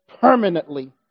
permanently